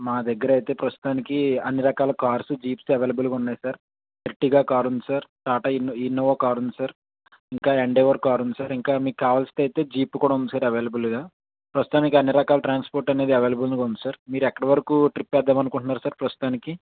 మా దగ్గర అయితే ప్రస్తుతానికి అన్నీ రకాల కార్స్ జీప్స్ అవైలబుల్గా ఉన్నాయి సార్ ఎర్టిగా కార్ ఉంది సార్ టాటా ఇన్నో ఇనోవా కార్ ఉంది సార్ ఇంకా ఎండీవర్ కార్ ఉంది సార్ ఇంకా మీకు కావల్సింది అయితే జీప్ కూడా ఉంది సార్ అవైలబుల్గా ప్రస్తుతానికి అన్నీ రకాల ట్రాన్స్పోర్ట్ అనేది అవైలబుల్గా ఉంది సార్ మీరు ఎక్కడ వరకు ట్రిప్ వేద్దాం అనుకుంటున్నారు సార్ ప్రస్తుతానికి